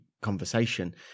conversation